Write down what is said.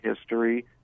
history